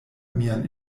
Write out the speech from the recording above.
mian